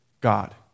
God